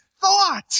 thought